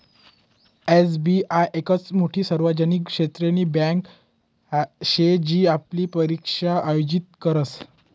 SBI येकच मोठी सार्वजनिक क्षेत्रनी बँके शे जी आपली परीक्षा आयोजित करस